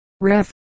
Ref